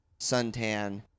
suntan